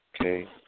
Okay